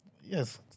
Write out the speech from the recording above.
Yes